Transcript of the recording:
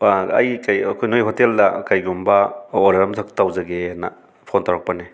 ꯑꯩ ꯀꯔꯤ ꯑꯩꯈꯣꯏ ꯅꯣꯏ ꯍꯣꯇꯦꯜꯗ ꯀꯔꯤꯒꯨꯝꯕ ꯑꯣꯔꯗꯔ ꯑꯝꯈꯛ ꯇꯨꯖꯒꯦꯅ ꯐꯣꯟ ꯇꯧꯔꯛꯄꯅꯦ